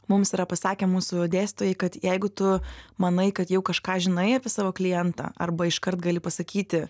mums yra pasakę mūsų dėstytojai kad jeigu tu manai kad jau kažką žinai apie savo klientą arba iškart gali pasakyti